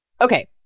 okay